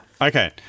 okay